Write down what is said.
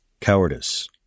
cowardice